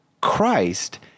Christ